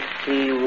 see